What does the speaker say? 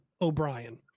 O'Brien